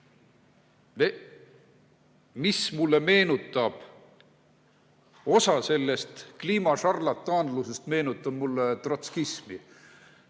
Mida mulle meenutab osa sellest kliimašarlatanlusest? See meenutab mulle trotskismi.